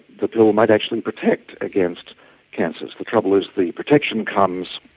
the pill might actually protect against cancers. the trouble is the protection comes